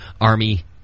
Army